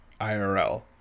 IRL